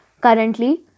Currently